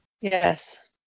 Yes